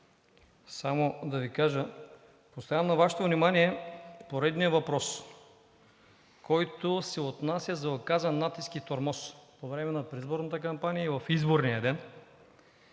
само да Ви кажа. Поставям на Вашето внимание поредния въпрос, който се отнася за оказан натиск и тормоз по време на предизборната кампания и в изборния ден.